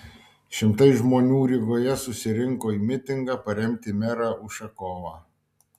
šimtai žmonių rygoje susirinko į mitingą paremti merą ušakovą